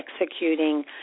executing